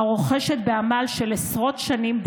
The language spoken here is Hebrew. הרוכשת דירה למגורים בעמל של עשרות שנים,